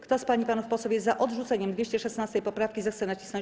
Kto z pań i panów posłów jest za odrzuceniem 216. poprawki, zechce nacisnąć